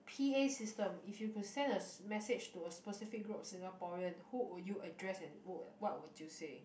p_a system if you could send a message to a specific group of the singaporean who would you address and would what would you say